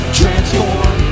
transform